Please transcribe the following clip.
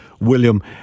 William